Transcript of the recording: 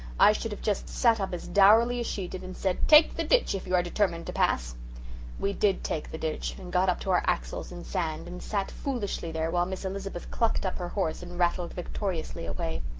i should just have sat up as dourly as she did and said take the ditch if you are determined to pass we did take the ditch and got up to our axles in sand and sat foolishly there while miss elizabeth clucked up her horse and rattled victoriously away.